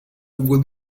would